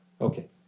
Okay